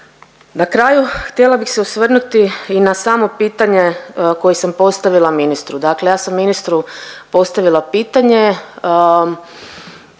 Na kraju htjela bih se osvrnuti i na samo pitanje koje sam postavila ministru. Dakle, ja sam ministru postavila pitanje